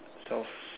soft